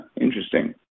interesting